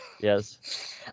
yes